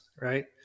right